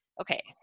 okay